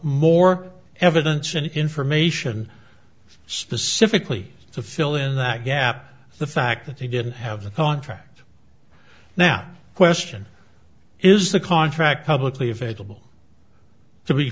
more evidence and information specifically to fill in that gap the fact that he didn't have a contract now question is the contract publicly available to be